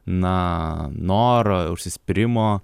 na noro užsispyrimo